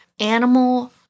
animal